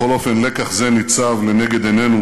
בכל אופן, לקח זה ניצב לנגד עינינו